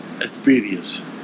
experience